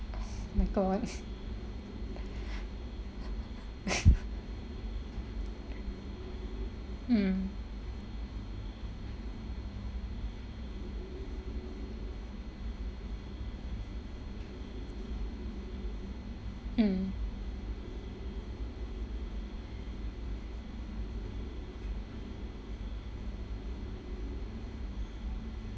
my god mm mm